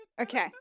Okay